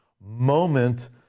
moment